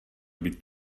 být